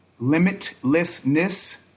limitlessness